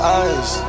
eyes